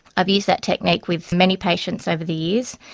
i've used that technique with many patients over the years.